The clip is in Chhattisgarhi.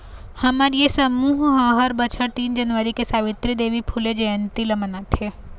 हमर ये समूह ह हर बछर तीन जनवरी के सवित्री देवी फूले जंयती ल मनाथे